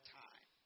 time